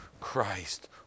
Christ